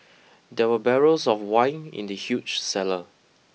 there were barrels of wine in the huge cellar